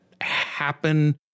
happen